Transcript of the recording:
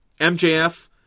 MJF